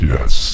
Yes